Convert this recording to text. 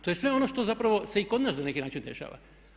To je sve ono što zapravo se i kod nas na neki način dešava.